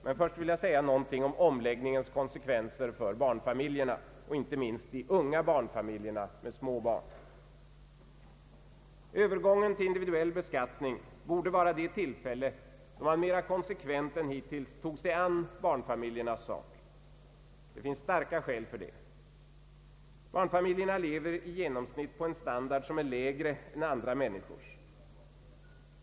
Men först vill jag säga någonting om omläggningens konsekvenser för barnfamiljerna, inte minst för de unga barnfamiljerna med små barn. Övergången till individuell beskattning borde vara det tillfälle då man mera konsekvent än hittills tog sig an barnfamiljernas sak. Det finns starka skäl som talar för det. Barnfamiljerna lever i genomsnitt på en standard som är lägre än andra människors.